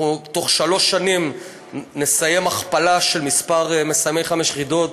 בתוך שלוש שנים נסיים הכפלה של מסיימי חמש יחידות,